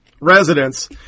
residents